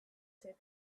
save